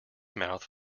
mouth